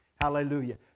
Hallelujah